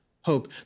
hope